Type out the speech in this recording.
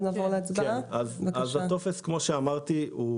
כמו שאמרתי,